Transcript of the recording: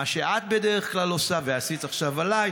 מה שאת בדרך כלל עושה ועשית עכשיו עליי.